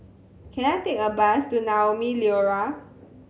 can I take a bus to Naumi Liora